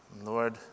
Lord